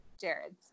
Jared's